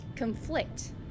conflict